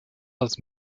als